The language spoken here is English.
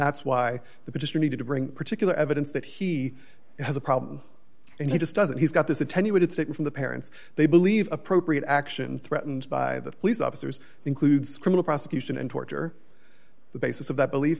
that's why the minister needed to bring particular evidence that he has a problem and he just doesn't he's got this attenuated stick from the parents they believe appropriate action threatened by the police officers includes criminal prosecution and torture the basis of that belief